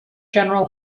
general